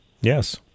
Yes